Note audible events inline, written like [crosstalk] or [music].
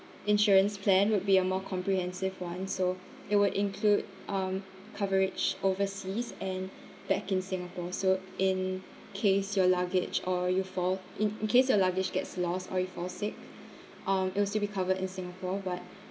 insurance plan would be a more comprehensive [one] so it will include um coverage overseas and back in singapore so in case your luggage or you fall in in case your luggage gets lost or you fall sick [breath] um it will still be covered in singapore but